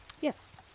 Yes